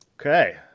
Okay